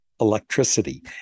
electricity